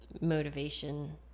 motivation